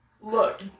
Look